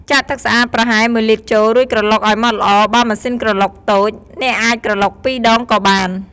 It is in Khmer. ចាក់ទឹកស្អាតប្រហែល ១ លីត្រចូល រួចក្រឡុកឱ្យម៉ដ្ឋល្អ បើម៉ាស៊ីនក្រឡុកតូច អ្នកអាចក្រឡុកពីរដងក៏បាន។